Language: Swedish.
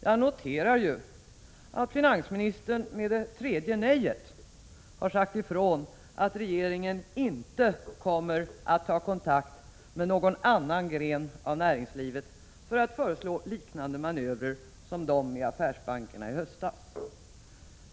Jag noterar ju att finansministern med det tredje nejet har sagt ifrån att regeringen inte kommer att ta kontakt med någon annan gren av näringslivet för att föreslå liknande manövrer som dem med affärsbankerna i höstas.